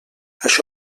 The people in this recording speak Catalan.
això